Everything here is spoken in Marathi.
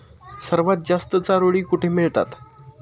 सर्वात जास्त चारोळी कुठे मिळतात?